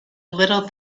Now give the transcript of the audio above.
little